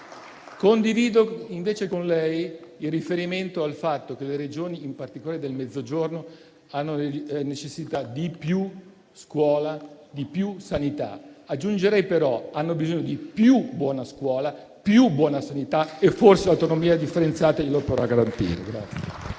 Condivido invece con lei il riferimento al fatto che le Regioni, in particolare del Mezzogiorno, hanno necessità di più scuola e di più sanità. Aggiungerei però che hanno bisogno di più buona scuola e di più buona sanità. E forse l'autonomia differenziata gliele potrà garantire.